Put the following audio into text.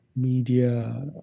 media